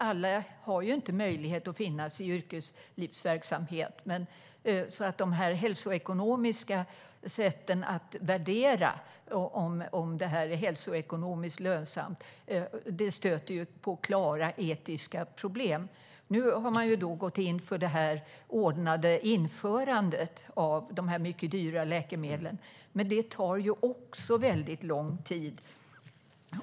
Alla kan ju inte befinna sig i yrkeslivsverksamhet. De hälsoekonomiska sätten att värdera om det är hälsoekonomiskt lönsamt stöter på klara etiska problem. Nu har man gått in för det ordnade införandet av de mycket dyra läkemedlen. Men det tar också lång tid.